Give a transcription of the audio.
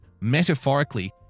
metaphorically